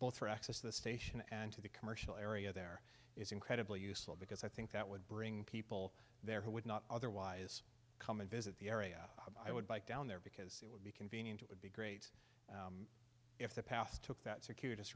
both for access to the station and to the commercial area there is incredibly useful because i think that would bring people there who would not otherwise come and visit the area i would bike down there because it would be convenient it would be great if the past took that circuitous